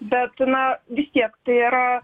bet na vis tiek tai yra